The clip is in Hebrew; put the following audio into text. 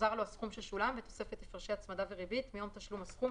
יוחזר לו הסכום ששולם בתוספת הפרשי הצמדה וריבית מיום תשלום הסכום,